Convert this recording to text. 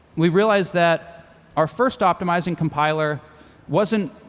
we realized that our first optimizing compiler wasn't